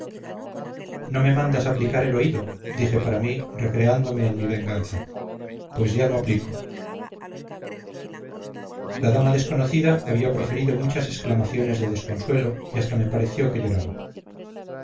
no me mandas aplicar el oído dije para mí recreándome en mi venganza pues ya lo aplico la dama desconocida había proferido muchas exclamaciones de desconsuelo y hasta me pareció que lloraba